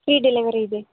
free delivery ಇದೆ